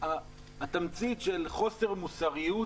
התמצית של חוסר מוסריות